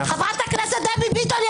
חברת הכנסת דבי ביטון,